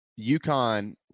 UConn